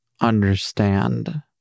understand